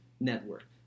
network